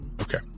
Okay